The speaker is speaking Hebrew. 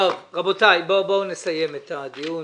רבותיי, בואו נסיים את הדיון